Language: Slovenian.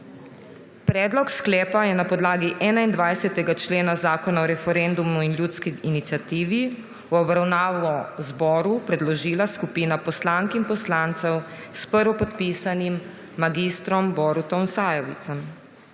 Predlog sklepa je na podlagi 21. člena Zakona o referendumu in ljudski iniciativi v obravnavo zboru predložila skupina poslank in poslancev s prvopodpisanim mag. Borutom Sajovicem.